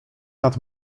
nad